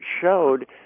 showed